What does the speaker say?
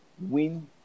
Win